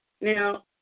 Now